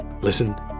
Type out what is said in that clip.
listen